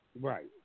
Right